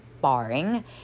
barring